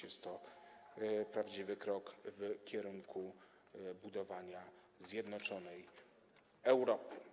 Jest to prawdziwy krok w kierunku budowania zjednoczonej Europy.